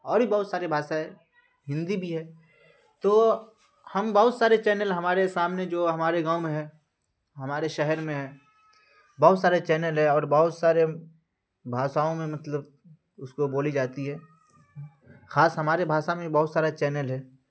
اور بھی بہت ساری بھاشا ہے ہندی بھی ہے تو ہم بہت سارے چینل ہمارے سامنے جو ہمارے گاؤں میں ہیں ہمارے شہر میں ہیں بہت سارے چینل ہے اور بہت سارے بھاساؤں میں مطلب اس کو بولی جاتی ہے خاص ہمارے بھاشا میں بہت سارا چینل ہے